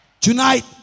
Tonight